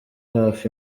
hafi